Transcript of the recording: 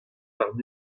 warn